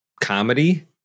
comedy